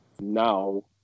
Now